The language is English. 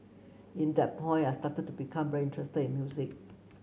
in that point I started to become very interested in music